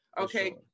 Okay